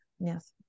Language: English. yes